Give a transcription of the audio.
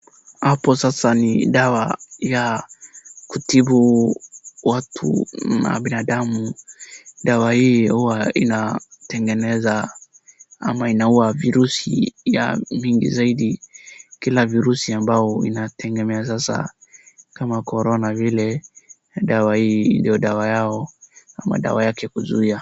Hapo sasa ni dawa ya kutibu watu na binadamu, dawa hii huwa inatengeneza ama inaua virusi mingi zaidi, kila virusi ambavyo inatengeneza kama korona vile dawa hii ndio dawa yao na madawa yake kuzuia.